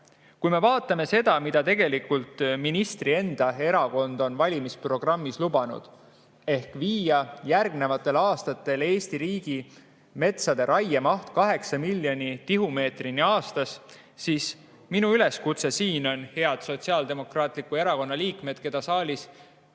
jääl. Vaatame seda, mida tegelikult ministri enda erakond on valimisprogrammis lubanud – viia järgnevatel aastatel Eesti riigi metsade raiemaht 8 miljoni tihumeetrini aastas. Minu üleskutse on siinkohal, head Sotsiaaldemokraatliku Erakonna liikmed, keda saalis